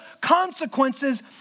consequences